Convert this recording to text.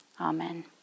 Amen